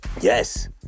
Yes